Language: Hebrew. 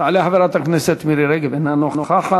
תעלה חברת הכנסת מירי רגב, אינה נוכחת.